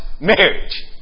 marriage